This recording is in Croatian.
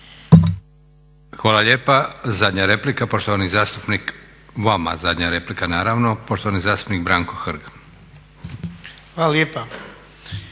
Hvala lijepa. Zadnja replika, poštovani zastupnik, vama zadnja replika naravno, poštovani zastupnik Branko Hrg. **Hrg,